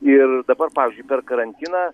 ir dabar pavyzdžiui per karantiną